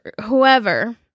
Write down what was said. whoever